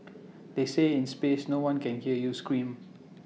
they say in space no one can hear you scream